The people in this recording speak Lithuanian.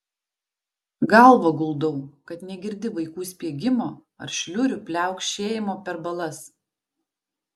galvą guldau kad negirdi vaikų spiegimo ar šliurių pliaukšėjimo per balas